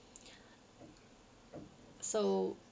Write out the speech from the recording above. so